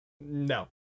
No